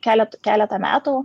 kelet keletą metų